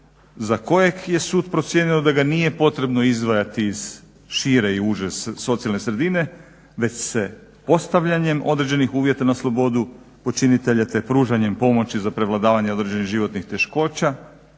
za kojeg je sud procijenio da ga nije potrebno izdvajati iz šire i uže socijalne sredine već se postavljanjem određenih uvjeta na slobodu počinitelja te pružanjem pomoći za prevladavanje određenih životnih teškoća,